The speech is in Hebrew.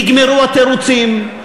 נגמרו התירוצים,